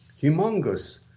humongous